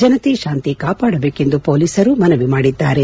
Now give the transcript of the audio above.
ಜನತೆ ಶಾಂತಿ ಕಾಪಾಡಬೇಕೆಂದು ಪೊಲೀಸರು ಮನವಿ ಮಾಡಿದ್ದಾರೆ